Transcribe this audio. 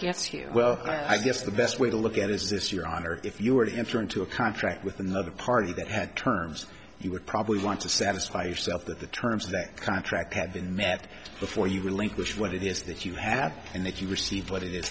gets you well i guess the best way to look at is this your honor if you were to enter into a contract with another party that had terms he would probably want to satisfy yourself that the terms of that contract have been met before you relinquish what it is that you have and that you received what it i